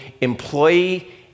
employee